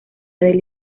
del